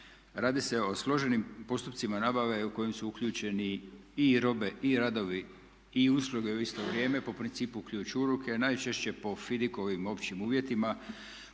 Radi se o složenim postupcima nabave u koje su uključeni i robe i radovi i usluge u isto vrijeme po principu ključ u ruke, najčešće po …/Govornik se